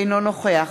אינו נוכח